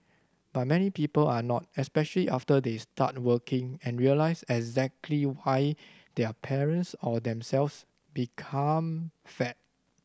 but many people are not especially after they start working and realize exactly why their parents or themselves become fat